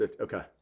Okay